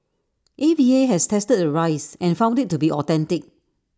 A V A has tested the rice and found IT to be authentic